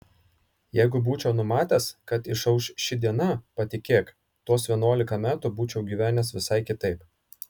jeigu būčiau numatęs kad išauš ši diena patikėk tuos vienuolika metų būčiau gyvenęs visai kitaip